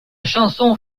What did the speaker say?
chanson